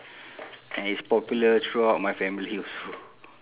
and it's popular throughout my family also